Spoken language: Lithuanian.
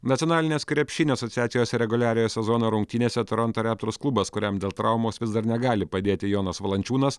nacionalinės krepšinio asociacijos reguliariojo sezono rungtynėse toronto reptors klubas kuriam dėl traumos vis dar negali padėti jonas valančiūnas